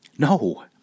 No